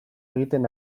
egiten